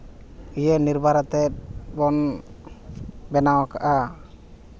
ᱤᱭᱟᱹ ᱱᱤᱨᱵᱟᱨ ᱟᱛᱮᱫ ᱵᱚᱱ ᱵᱮᱱᱟᱣ ᱠᱟᱜᱼᱟ